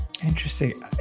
Interesting